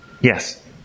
Yes